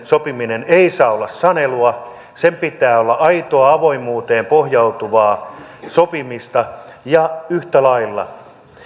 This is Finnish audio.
sopiminen ei saa olla sanelua sen pitää olla aitoa avoimuuteen pohjautuvaa sopimista ja yhtä lailla